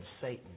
Satan